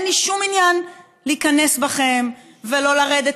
אין לי שום עניין לא להיכנס בכם ולא לרדת